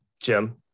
Jim